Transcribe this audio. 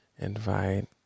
invite